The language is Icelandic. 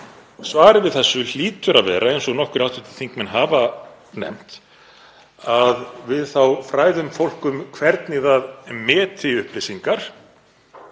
svarið við þessu hlýtur að vera, eins og nokkrir hv. þingmenn hafa nefnt, að við þá fræðum fólk um hvernig það meti upplýsingar,